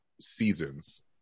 seasons